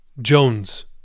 jones